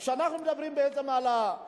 כשאנחנו מדברים על הפריפריה,